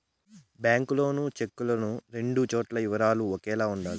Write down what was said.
bank loan చెక్కులను రెండు చోట్ల ఈ వివరాలు ఒకేలా ఉండాలి